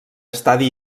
estadi